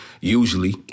Usually